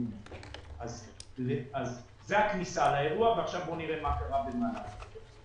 זאת הכניסה לאירוע ועכשיו בואו נראה מה קרה במהלך האירוע.